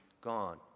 gone